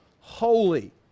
holy